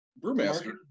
brewmaster